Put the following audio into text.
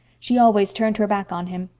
she always turned her back on him.